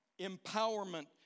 empowerment